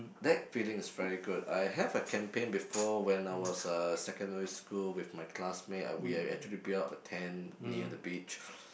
that feeling is very good I have a camping before when I was uh secondary school with my classmate and we actually build up a tent near the beach